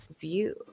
view